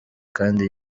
kandi